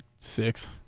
six